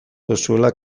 duzuela